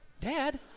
Dad